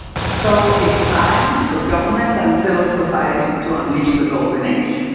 so it's time for government and civil society to unleash the golden age,